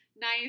nice